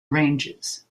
ranges